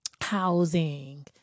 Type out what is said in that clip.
housing